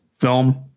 film